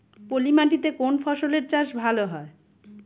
পলি মাটিতে কোন ফসলের চাষ ভালো হয়?